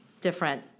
different